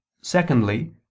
Secondly